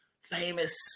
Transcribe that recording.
famous